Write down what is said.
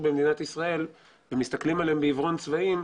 במדינת ישראל ומסתכלים עליהם בעיוורון צבעים,